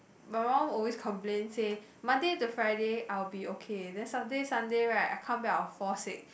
my mum always complains say Monday to Friday I will be okay then Saturday Sunday right I come back I will fall sick